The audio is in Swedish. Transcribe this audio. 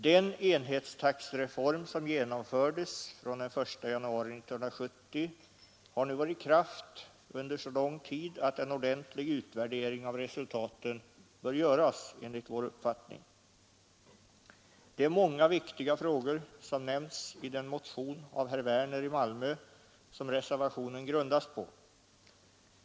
Den enhetstaxereform som genomfördes fr.o.m. den 1 januari 1970 har nu varit i kraft under så lång tid att, enligt vår uppfattning, en ordentlig utvärdering av resultaten bör göras. Det är många viktiga frågor nämnda i den motion av herr Werner i Malmö som reservationen grundas på.